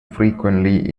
frequently